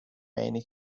many